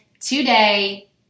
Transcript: today